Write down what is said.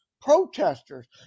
protesters